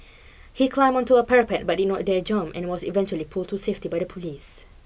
he climbed onto a parapet but did not dare jump and was eventually pulled to safety by the police